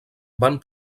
van